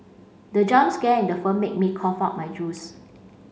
the jump scare in the film made me cough out my juice